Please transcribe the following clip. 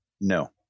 No